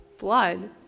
blood